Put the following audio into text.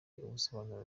ubusobanuro